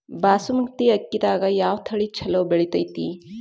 ಬಾಸುಮತಿ ಅಕ್ಕಿದಾಗ ಯಾವ ತಳಿ ಛಲೋ ಬೆಳಿತೈತಿ?